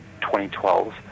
2012